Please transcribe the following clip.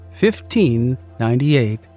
1598